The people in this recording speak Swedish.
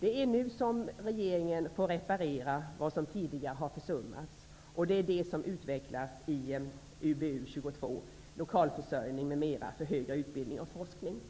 Det är nu regeringen får reparera vad som tidigare har försummats och det är detta som utvecklas i UbU22, lokalförsörjning m.m. för högre utbildning och forskning.